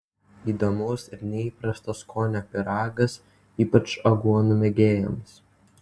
įdomaus ir neįprasto skonio pyragas ypač aguonų mėgėjams